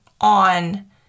on